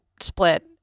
split